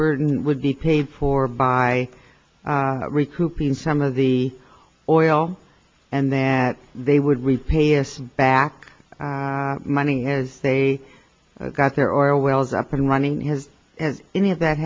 burden would be paid for by recouping some of the oil and that they would repay us back money as they got their oil wells up and running has any of that